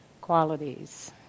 qualities